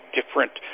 different